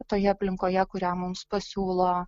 toje aplinkoje kurią mums pasiūlo